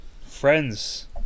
friends